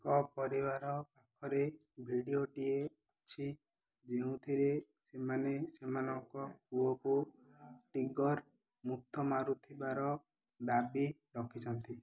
ଏକ ପରିବାର ପାଖରେ ଭିଡ଼ିଓଟିଏ ଅଛି ଯେଉଁଥିରେ ସେମାନେ ସେମାନଙ୍କ ପୁଅକୁ ଟିଗର୍ ମୁଥ ମାରୁଥିବାର ଦାବି ରଖିଛନ୍ତି